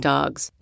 Dogs